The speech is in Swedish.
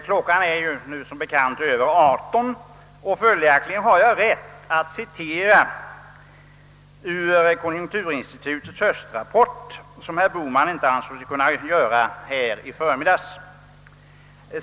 Klockan är nu över 18 och följaktligen har jag rätt att citera ur konjunkturinstitutets höstrapport, vilket herr Bohman inte ansåg sig kunna göra i förmiddags.